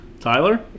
Tyler